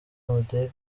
mudenge